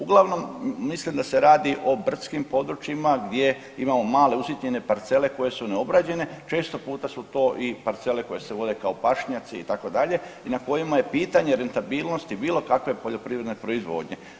Uglavnom mislim da se radi o brdskim područjima gdje imamo male usitnjene parcele koje su neobrađene, često puta su to i parcele koje se vode kao pašnjaci itd. i na kojima je pitanje rentabilnosti bilo kakve poljoprivredne proizvodnje.